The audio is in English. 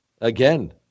again